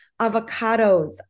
avocados